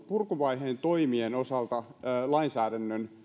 purkuvaiheen toimien osalta ikään kuin tarve lainsäädännön